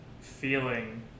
feeling